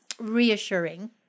reassuring